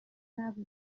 نبودی